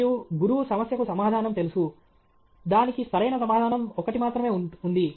మరియు గురువు సమస్యకు సమాధానం తెలుసు దానికి సరైన సమాధానం ఒకటి మాత్రమే ఉంది